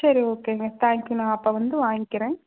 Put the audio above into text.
சரி ஓகேங்க தேங்க்யூ நான் அப்போ வந்து வாங்கிக்கிறேன்